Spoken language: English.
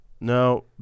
No